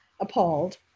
appalled